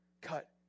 cut